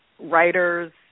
writers